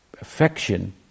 Affection